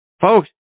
folks